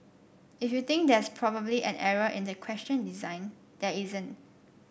if you think there's probably an error in the question design there isn't